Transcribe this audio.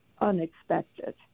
unexpected